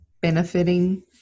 benefiting